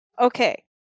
okay